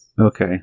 Okay